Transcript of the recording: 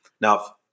Now